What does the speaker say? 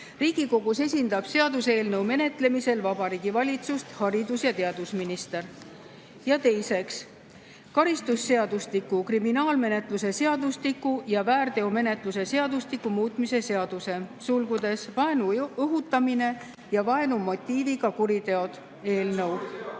Riigikogus esindab seaduseelnõu menetlemisel Vabariigi Valitsust haridus- ja teadusminister. Ja teiseks, karistusseadustiku, kriminaalmenetluse seadustiku ja väärteomenetluse seadustiku muutmise seaduse (vaenu õhutamine ja vaenumotiiviga kuriteod) eelnõu.